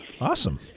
Awesome